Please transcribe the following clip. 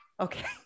Okay